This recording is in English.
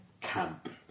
camp